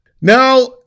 Now